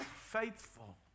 faithful